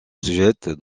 jette